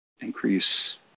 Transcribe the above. increase